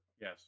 Yes